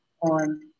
on